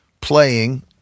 playing